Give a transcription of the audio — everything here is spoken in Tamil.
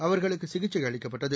அவர்களுக்கு சிகிச்சை அளிக்கப்பட்டது